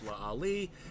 Ali